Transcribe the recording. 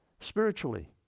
spiritually